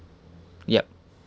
yup